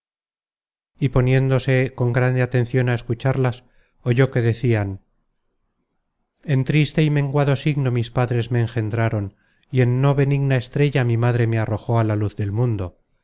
y poniéndose con grande atencion á escucharlas oyó que decian en triste y menguado signo mis padres me engendraron y en no benigna estrella mi madre me arrojó á la luz del mundo